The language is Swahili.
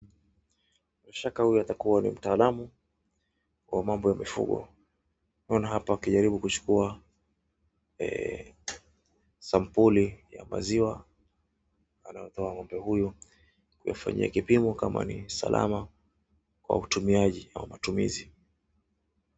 Bila shaka huyu atakua ni mtaalamu wa mambo ya mifugo naona hapa akijaribu kuchukua sampuli ya maziwa anaotoa ng`ombe huyu wafanyie kipimo kama ni salama kwa utumiaji au matumizi .